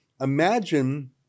Imagine